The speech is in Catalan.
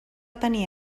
tenir